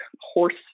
horse